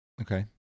Okay